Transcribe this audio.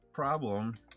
problem